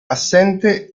assente